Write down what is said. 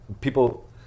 people